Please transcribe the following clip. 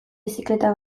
bizikleta